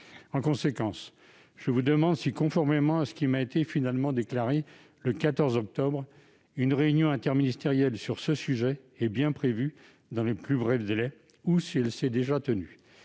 En conséquence, je vous demande si, conformément à ce qui m'a été finalement déclaré le 14 octobre, une réunion interministérielle sur le sujet est bien prévue dans les plus brefs délais, ou si elle s'est déjà tenue.